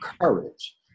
courage